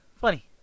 funny